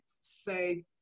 Say